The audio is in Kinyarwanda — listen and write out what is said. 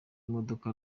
imodoka